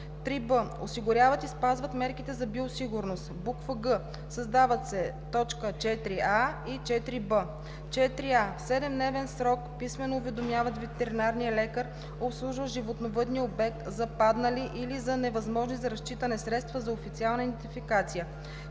3б. осигуряват и спазват мерките за биосигурност;“ г) създават се т. 4а и 4б: „4а. в 7-дневен срок писмено уведомяват ветеринарния лекар, обслужващ животновъдния обект, за паднали или за невъзможни за разчитане средства за официална идентификация;